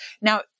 now